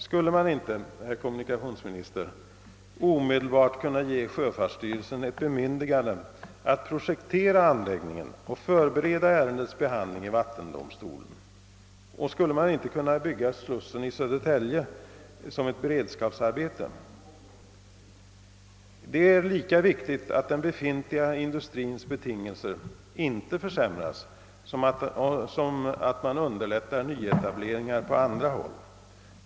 Skulle man inte, herr kommunikationsminister, omedelbart kunna ge sjöfartsstyrelsen ett bemyndigande att projektera anläggningen och förbereda ärendets behandling i vattendomstolen? Och skulle man inte kunna bygga slussen i Södertälje som ett beredskapsarbete? Det är lika viktigt att den befintliga industrins betingelser inte försämras som att man underlättar nyetableringar på andra håll.